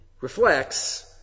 reflects